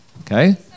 okay